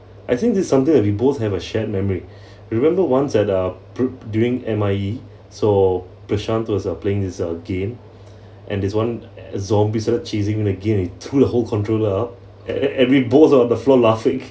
I think this is something that we both have a shared memory remember once at uh approv~ during M_I_E so prashant was uh playing this uh game and is one zombies started chasing him in the game and he threw the whole controller out and we're both on the floor laughing